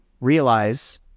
realize